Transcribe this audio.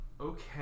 Okay